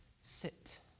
Sit